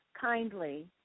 kindly